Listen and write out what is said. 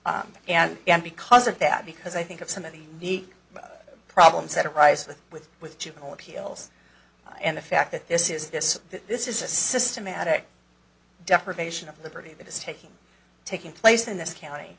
up and down because of that because i think of some of the problems that arise with with with juvenile appeals and the fact that this is this that this is a systematic deprivation of liberty that is taking taking place in this county